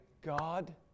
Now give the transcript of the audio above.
God